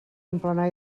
emplenar